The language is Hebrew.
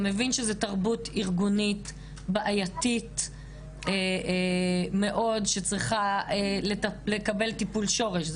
אתה מבין שזו תרבות ארגונית בעייתית מאוד שצריכה לקבל טיפול שורש.